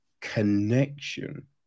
connection